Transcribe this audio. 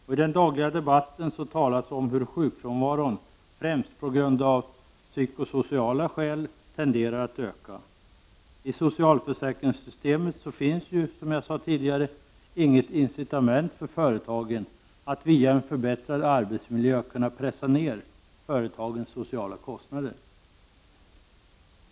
I den dagliga debatten talas det om hur sjukfrånvaron främst på grund av psykosociala skäl tenderar att öka. I socialförsäkringssystemet finns, som jag sade tidigare, inget incitament för företagen att via en förbättrad arbetsmiljö kunna pressa ner företagens sociala kostnader.